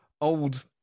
old